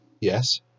Yes